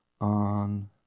on